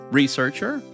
researcher